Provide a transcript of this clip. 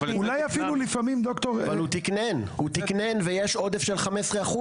אבל הוא תקנן ויש עודף של 15%,